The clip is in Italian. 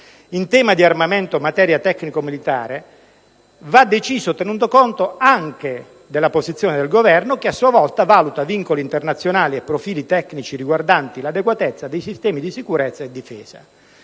in tema di armamento, materia tecnico-militare, va deciso tenuto conto anche della posizione del Governo, che, a sua volta, valuta vincoli internazionali e profili tecnici riguardanti l'adeguatezza dei sistemi di sicurezza e difesa.